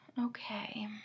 Okay